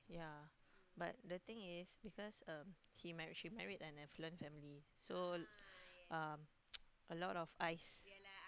yeah but the thing is because um she married she married an affluent family so um a lot of eyes